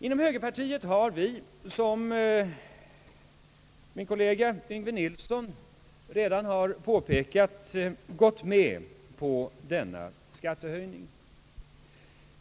Inom högerpartiet har vi, som min kollega Yngve Nilsson redan har påpekat, gått med på denna skattehöjning.